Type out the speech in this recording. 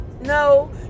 No